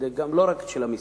לא רק האתר של המשרד.